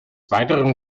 weiteren